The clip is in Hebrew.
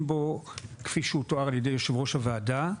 בו כפי שהוא תואר על-ידי יושב-ראש הוועדה,